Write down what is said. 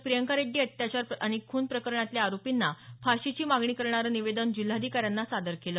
प्रियंका रेड्डी अत्याचार आणि खून प्रकरणातल्या आरोपींना फाशीची मागणी करणारं निवेदन जिल्हाधिकाऱ्यांना सादर केलं